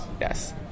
Yes